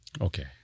okay